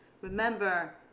Remember